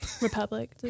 Republic